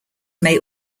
may